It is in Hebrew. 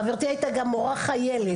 חברתי הייתה גם מורה חיילת.